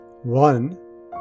One